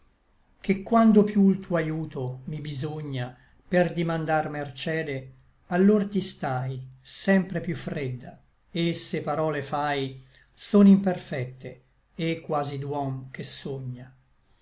ché quando piú l tuo aiuto mi bisogna per dimandar mercede allor ti stai sempre piú fredda et se parole fai son imperfecte et quasi d'uom che sogna